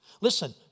Listen